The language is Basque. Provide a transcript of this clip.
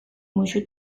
musu